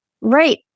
Right